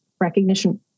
recognition